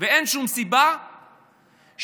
אין שום סיבה שברשתות